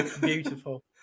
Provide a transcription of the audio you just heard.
Beautiful